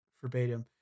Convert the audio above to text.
verbatim